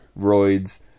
Roids